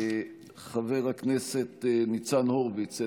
חבר הכנסת ניצן הורוביץ,